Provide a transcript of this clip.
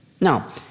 Now